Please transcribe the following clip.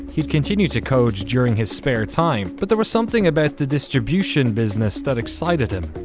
he'd continued to code during his spare time. but there was something about the distribution business that excited him.